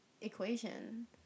equation